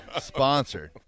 sponsored